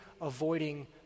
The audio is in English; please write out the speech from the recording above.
avoiding